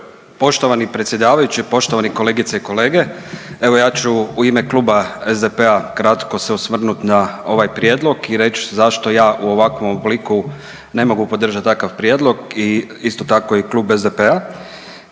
Poštovani predsjedavajući, poštovani kolegice i kolege evo ja ću u ime kluba SDP-a kratko se osvrnut na ovaj prijedlog i reći zašto ja u ovakvom obliku ne mogu podržati takav prijedlog i isto tako i klub SDP-a.